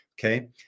Okay